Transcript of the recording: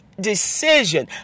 decision